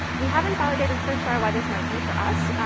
we haven't validated for sure why this might be for us,